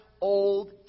Old